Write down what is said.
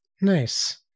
nice